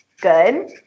good